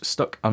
Stuck